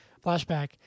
flashback